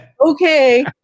Okay